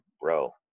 bro